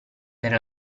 per